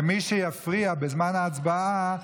ומי שיפריע בזמן ההצבעה,